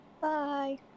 Bye